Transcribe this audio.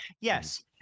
Yes